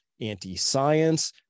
anti-science